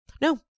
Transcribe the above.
No